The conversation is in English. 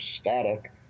static